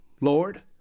Lord